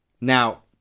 Now